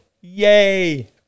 Yay